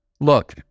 Look